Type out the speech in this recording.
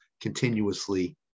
continuously